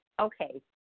Okay